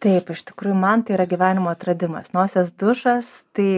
taip iš tikrųjų man tai yra gyvenimo atradimas nosies dušas tai